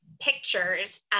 pictures